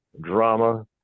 drama